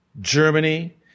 Germany